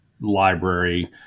library